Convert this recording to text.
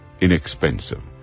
inexpensive